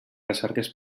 recerques